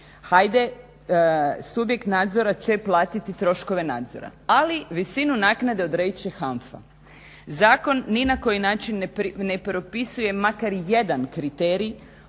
hajde subjekt nadzora će platiti troškove nadzora, ali visinu naknade odredit će HANFA. Zakon ni na koji način ne propisuje makar jedan kriterij